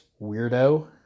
weirdo